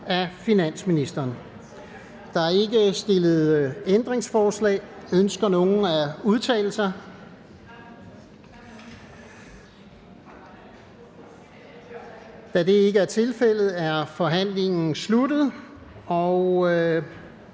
Brask): Der er ikke stillet ændringsforslag. Ønsker nogen at udtale sig? Da det ikke er tilfældet, er forhandlingen sluttet.